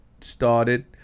started